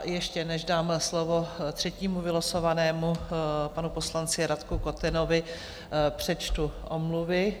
Ještě než dám slovo třetímu vylosovanému, panu poslanci Radku Kotenovi, přečtu omluvy.